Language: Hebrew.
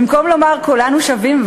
במקום לומר כולנו שווים,